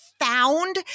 found